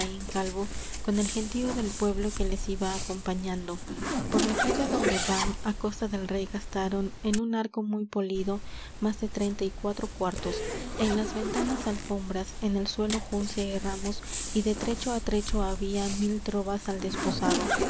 calvo con el gentío del pueblo que les iba acompañando por la calle adonde van á costa del rey gastaron en un arco muy polido más de treinta y cuatro cuartos en las ventanas alfombras en el suelo juncia y ramos y de trecho á trecho había mil trovas al desposado